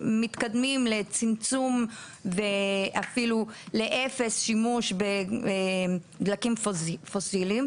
שאנחנו מתקדמים לצמצום ואפילו לאפס שימוש בדלקים פוסיליים,